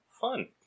Fun